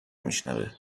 میشنوه